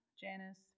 Janice